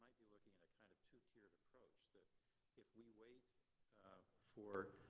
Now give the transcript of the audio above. looking at a kind of two-tiered approach that if we wait for.